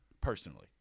personally